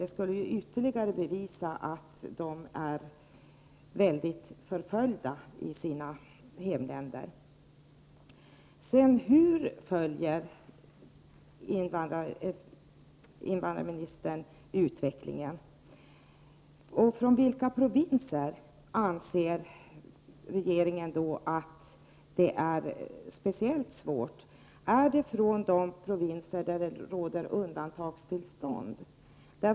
Det skulle utgöra ytterligare ett bevis för att kurderna är synnerligen förföljda i resp. hemland. Hur följer invandrarministern utvecklingen? Vilka provinser medför speciella svårigheter? Är det de provinser där det råder undantagstillstånd?